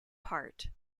part